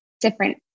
different